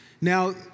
Now